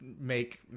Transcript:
make